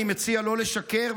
אני מציע לא לשקר,